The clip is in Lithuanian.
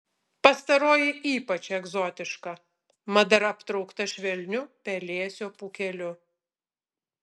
pastaroji ypač egzotiška mat dar aptraukta švelniu pelėsio pūkeliu